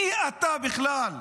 מי אתה בכלל?